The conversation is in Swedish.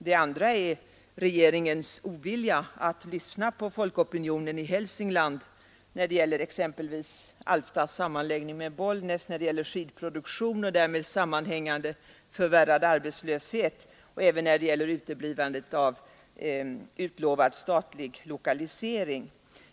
Det andra är regeringens ovilja att lyssna på folkopinionen i Hälsingland när det gäller exempelvis Alftas sammanläggning med Bollnäs, när det gäller skidproduktionen och därmed sammanhängande förvärrad arbetslöshet och även när det gäller uteblivandet av utlovad statlig lokalisering.